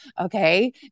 okay